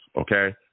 okay